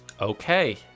Okay